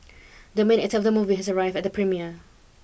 the main actor of the movie has arrived at the premiere